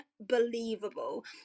unbelievable